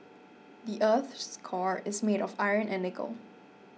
the earth's core is made of iron and nickel